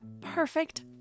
perfect